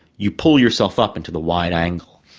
you pull yourself up into the wide angle.